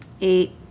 eight